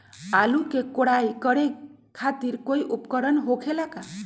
आलू के कोराई करे खातिर कोई उपकरण हो खेला का?